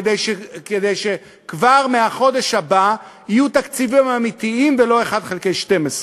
כדי שכבר מהחודש הבא יהיו תקציבים אמיתיים ולא 1 חלקי 12,